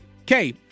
Okay